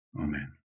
Amen